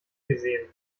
gesehen